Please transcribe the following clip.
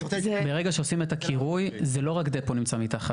מרגע שעושים את הקירוי זה לא רק דפו נמצא מתחת.